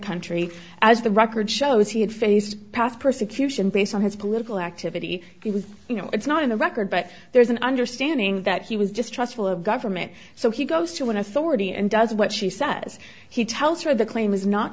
country as the record shows he had faced past persecution based on his political activity he was you know it's not in the record but there's an understanding that he was just trustful of government so he goes to what i thought he and does what she says he tells her the claim is not